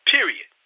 Period